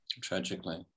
tragically